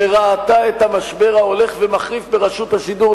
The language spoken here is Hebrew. שראתה את המשבר ההולך ומחריף ברשות השידור,